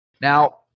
Now